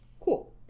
Cool